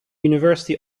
university